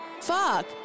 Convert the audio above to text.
Fuck